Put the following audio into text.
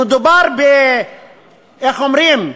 מדובר, איך אומרים,